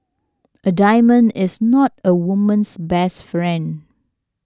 a diamond is not a woman's best friend